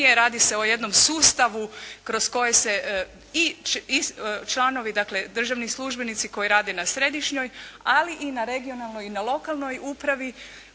Radi se o jednom sustavu kroz koje se i članovi, dakle državni službenici koji rade na središnjoj, ali i na regionalnoj i na lokalnoj upravi